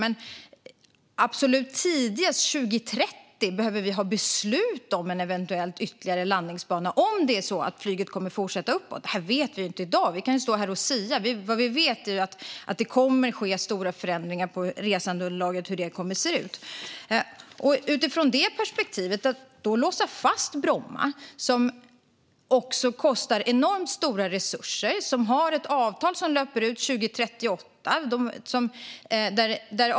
Men absolut tidigast 2030 behöver vi ha ett beslut om en eventuell ytterligare landningsbana, om flyget fortsätter uppåt. Det här vet vi inte i dag. Vi kan stå här och sia, men vad vi vet är att det kommer att ske stora förändringar av hur resandeunderlaget ser ut. Utifrån detta perspektiv skulle man alltså låsa fast Bromma, som kräver enormt stora resurser och som har ett avtal som löper ut 2038.